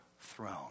throne